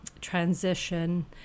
transition